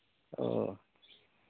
ᱚᱻ